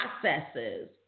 processes